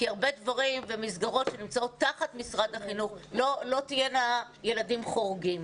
כי הרבה דברים ומסגרות שנמצאות תחת משרד החינוך לא תהיינה ילדים חורגים.